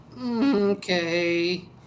Okay